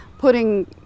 Putting